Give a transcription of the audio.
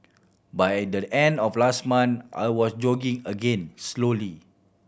by the end of last month I was jogging again slowly